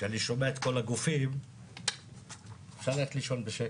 כשאני שומע את כל הגופים אפשר ללכת לישון בשקט.